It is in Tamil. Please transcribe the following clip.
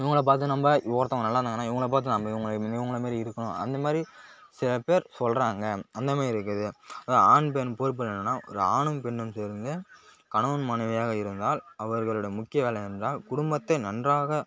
இவங்களை பார்த்து நம்ம ஒருத்தவங்க நல்லா இருந்தாங்கன்னால் இவங்களை பார்த்து நம்ம இவங்க இவங்களை மாதிரி இருக்கணும் அந்த மாதிரி சில பேர் சொல்கிறாங்க அந்த மாதிரி இருக்குது ஆண் பெண் பொறுப்பு என்னென்னால் ஒரு ஆணும் பெண்ணும் சேர்ந்து கணவன் மனைவியாக இருந்தால் அவர்களுடைய முக்கிய வேலை என்றால் குடும்பத்தை நன்றாக